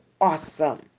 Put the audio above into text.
awesome